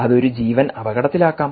അത് ഒരു ജീവൻ അപകടത്തിലാക്കാം